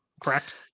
correct